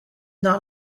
not